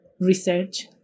research